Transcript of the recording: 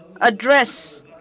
address